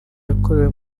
zakorewe